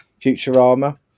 Futurama